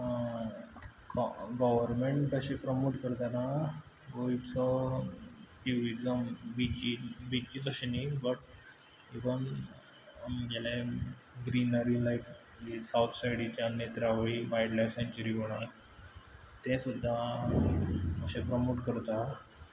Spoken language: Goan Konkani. गव्हर्मेंट अशें प्रमोट करताना गोंयचो ट्युरिजम बिचीज बिचीज अशें न्ही बट इवन आमगेलें ग्रीनरी लायक साउथ सायडीच्यान नेत्रावळी वायल्डलायफ सेन्चरी म्हणा तें सुद्दां अशें प्रमोट करता